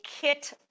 kit